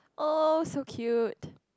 oh so cute